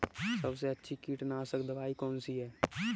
सबसे अच्छी कीटनाशक दवाई कौन सी है?